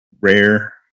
rare